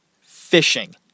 fishing